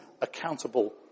accountable